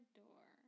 door